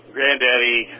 Granddaddy